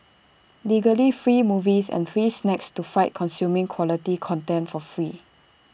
legally free movies and free snacks to fight consuming quality content for free